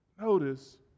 notice